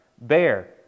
bear